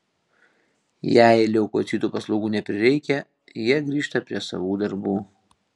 jei leukocitų paslaugų neprireikia jie grįžta prie savų darbų